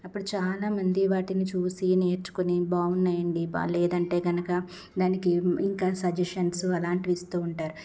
అప్పుడు చాలామంది వాటిని చూసి నేర్చుకుని బాగున్నాయండి బాలేదంటే కనుక దానికి ఇంకా సజిషన్సు అలాంటివి ఇస్తూ ఉంటారు